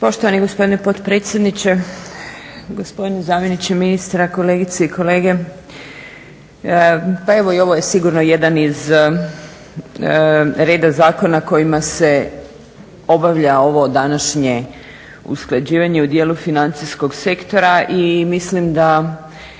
Poštovani gospodine potpredsjedniče, gospodine zamjeniče ministra, kolegice i kolege. Pa evo i ovo je sigurno jedan iz reda zakona kojima se obavlja ovo današnje usklađivanje u dijelu financijskog sektora i mislim da